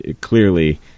clearly